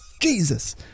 Jesus